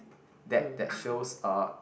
that that shows uh